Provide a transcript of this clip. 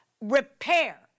repair